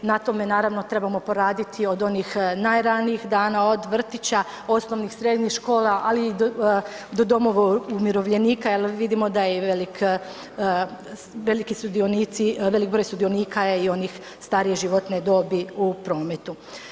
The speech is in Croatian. Na tome naravno trebamo poraditi od onih najranijih dana od vrtića, osnovnih i srednjih škola ali i do domova umirovljenika jer vidimo da je i velik, veliki sudionici, velik broj sudionika je i onaj starije životne dobi u prometu.